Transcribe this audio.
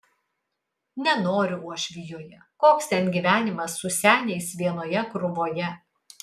nenoriu uošvijoje koks ten gyvenimas su seniais vienoje krūvoje